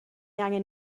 angen